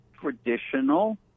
traditional